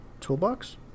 Toolbox